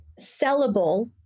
sellable